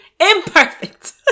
imperfect